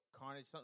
Carnage